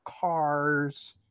cars